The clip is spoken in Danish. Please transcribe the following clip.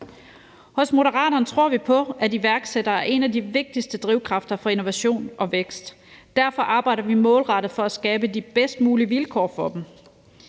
Hos Moderaterne tror vi på, at iværksættere er en af de vigtigste drivkræfter for innovation og vækst. Derfor arbejder vi målrettet for at skabe de bedst mulige vilkår for dem.